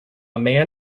man